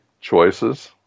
choices